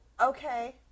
Okay